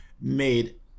made